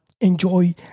Enjoy